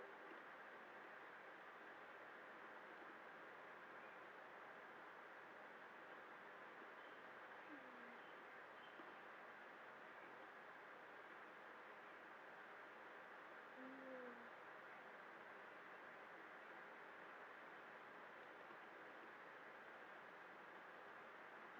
mm